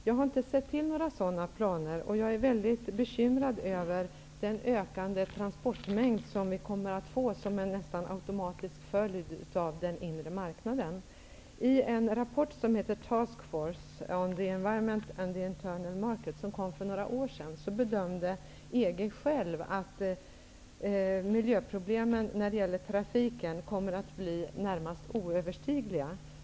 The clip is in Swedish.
Jag har inte sett till några sådana planer, och jag är mycket bekymrad över den ökande transportmängd som vi kommer att få som en nästan automatisk följd av den inre marknaden. I en rapport som heter Task force on the environment and the internal market, som kom för några år sedan bedömde EG självt att miljöproblemen när det gäller trafiken kommer att bli närmast oöverstigliga.